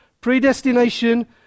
Predestination